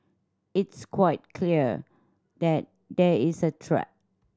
it's quite clear that there is a threat